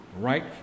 right